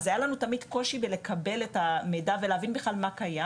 אז היה לנו באמת קושי לקבל בכלל את המידע ולהבין בכלל מה קיים.